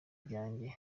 byanjye